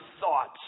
thoughts